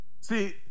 See